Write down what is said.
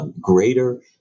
greater